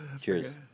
Cheers